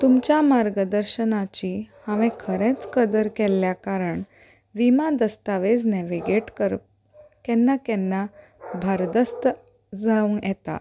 तुमच्या मार्गदर्शनाची हांवें खरेंच कदर केल्ल्या कारण विमा दस्तावेज नॅविगेट कर केन्ना केन्ना भरदस्त जावंक येता